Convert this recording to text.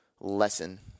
lesson